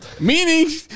Meaning